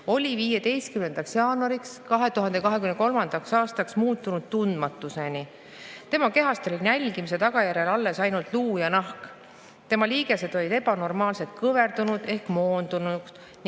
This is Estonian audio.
oli 15. jaanuariks 2023 tundmatuseni muutunud. Tema kehast olid nälgimise tagajärjel alles ainult luu ja nahk, tema liigesed olid ebanormaalselt kõverdunud ehk moondunud